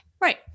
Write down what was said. Right